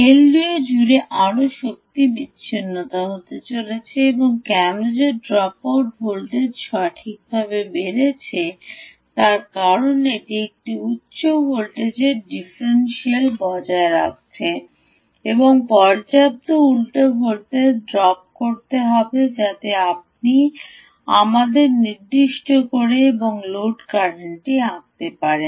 LDO জুড়ে আরও শক্তি বিচ্ছিন্নতা হতে চলেছে কেন যে ড্রপআউট ভোল্টেজ সঠিকভাবে বেড়েছে কারণ এটি একটি উচ্চ ভোল্টেজের ডিফারেনশিয়াল বজায় রাখতে হবে এবং পর্যাপ্ত উচ্চ ভোল্টেজ ড্রপ করতে হবে যাতে আপনি আমাদের নির্দিষ্ট করে এই লোড কারেন্টটি আঁকতে পারেন